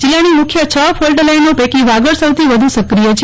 જિલ્લાની મુખ્ય છ ફોલ્ટ લાઈનો પૈકી વાગડ સૌથી વધુ સક્રિય છે